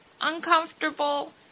uncomfortable